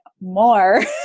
more